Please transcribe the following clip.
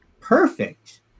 perfect